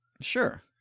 Sure